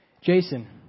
Jason